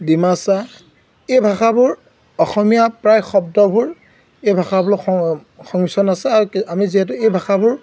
ডিমাচা এই ভাষাবোৰ অসমীয়া প্ৰায় শব্দবোৰ এই ভাষা সংমিশ্ৰণ আছে আৰু আমি যিহেতু এই ভাষাবোৰ